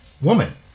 woman